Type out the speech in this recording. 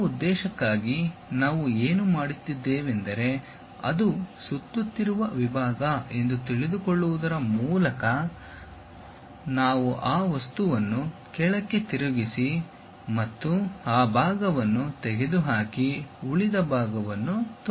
ಆ ಉದ್ದೇಶಕ್ಕಾಗಿ ನಾವು ಏನು ಮಾಡುತ್ತಿದ್ದೇವೆಂದರೆ ಅದು ಸುತ್ತುತ್ತಿರುವ ವಿಭಾಗ ಎಂದು ತಿಳಿದುಕೊಳ್ಳುವುದರ ಮೂಲಕ ನಾವು ಈ ವಸ್ತುವನ್ನು ಕೆಳಕ್ಕೆ ತಿರುಗಿಸಿ ಮತ್ತು ಆ ಭಾಗವನ್ನು ತೆಗೆದುಹಾಕಿ ಉಳಿದ ಭಾಗವನ್ನು ತೋರಿಸುತ್ತದೆ